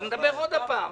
נדבר עוד פעם.